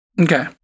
Okay